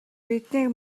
биднийг